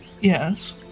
yes